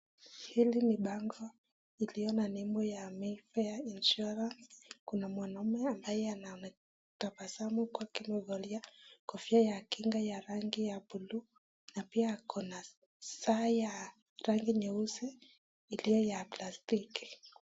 Hili ni bango iliyo na nembo ya Mayfair Insurance, kuna mwanaume ambaye anatabasamu akiwa kuvalia kofia ya kinga ya rangi ya buluu na pia ako na saa ya rangi nyeusi iliyo ya plastiki.